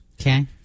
Okay